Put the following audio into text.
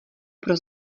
pro